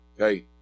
Okay